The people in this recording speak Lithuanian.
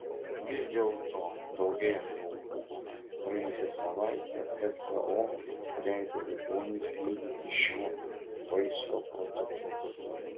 vis dėlto daugėjant aukų praėjusią savaitę pso leido ligonius gydyti šiuo vaisto prototipu